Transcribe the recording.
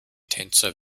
tänzer